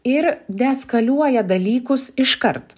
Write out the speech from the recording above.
ir deskaliuoja dalykus iškart